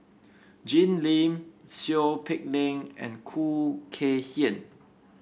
Jim Lim Seow Peck Leng and Khoo Kay Hian